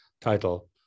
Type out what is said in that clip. title